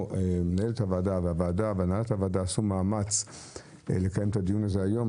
מנהלת הוועדה והנהלת הוועדה עשו מאמץ לקיים את הדיון הזה היום.